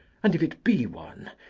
and if it be one,